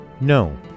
No